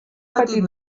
petit